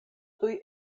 tuj